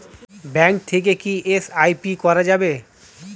Bank থেকে কী SIP করা যাবে?